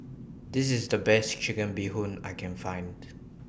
This IS The Best Chicken Bee Hoon I Can Find